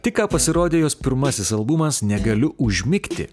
tik ką pasirodė jos pirmasis albumas negaliu užmigti